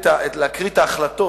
אני רוצה להקריא את ההחלטות